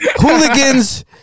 hooligans